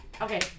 Okay